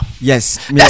Yes